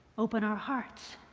open our hearts,